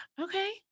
Okay